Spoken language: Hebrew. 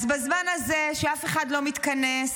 אז בזמן הזה שאף אחד לא מתכנס,